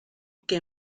que